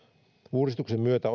uudistuksen myötä